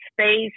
space